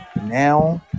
now